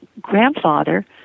grandfather